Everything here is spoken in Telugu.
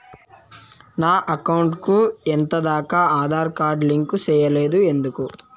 నా అకౌంట్ కు ఎంత దాకా ఆధార్ కార్డు లింకు సేయలేదు ఎందుకు